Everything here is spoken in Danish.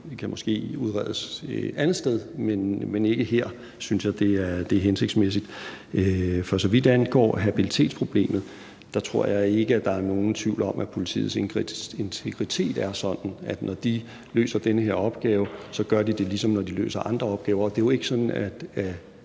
Det kan måske udredes et andet sted, men jeg synes ikke, det er hensigtsmæssigt her. For så vidt angår habilitetsproblemet tror jeg ikke, at der er nogen tvivl om, at politiets integritet er sådan, at når de løser den her opgave, gør de det, ligesom når de løser andre opgaver. Det er jo ikke sådan, at